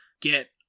get